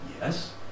Yes